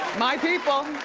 my people.